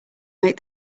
make